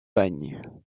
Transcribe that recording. bagne